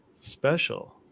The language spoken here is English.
special